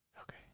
Okay